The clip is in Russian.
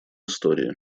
истории